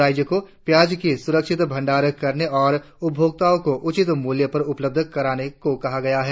राज्यों को प्याज की सुरक्षित भंडार करने और उपभोक्ताओं को उचित मूल्य पर उपलब्ध कराने को कहा गया है